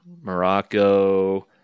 Morocco